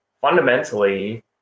fundamentally